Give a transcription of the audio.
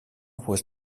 was